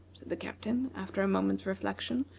the captain, after a moment's reflection,